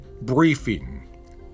briefing